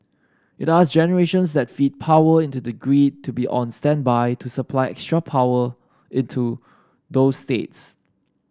it asked generations that feed power into the grid to be on standby to supply extra power into those states